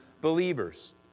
believers